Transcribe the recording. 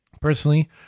personally